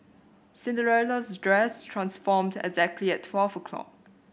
Cinderella's dress transformed exactly at twelve o' clock